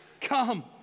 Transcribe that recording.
come